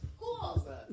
Cool